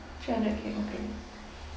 three hundred k okay